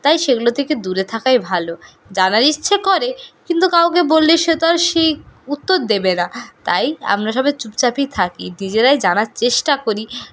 তাই সেগুলো থেকে দূরে থাকাই ভালো জানার ইচ্ছে করে কিন্তু কাউকে বললে সে তো আর সেই উত্তর দেবে না তাই আমরা সবাই চুপচাপই থাকি নিজেরাই জানার চেষ্টা করি